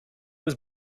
was